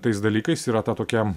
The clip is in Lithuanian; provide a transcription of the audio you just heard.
tais dalykais yra ta tokia